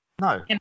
No